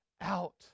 out